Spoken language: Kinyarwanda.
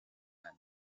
nka